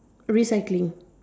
recycling